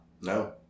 No